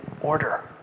order